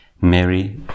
Mary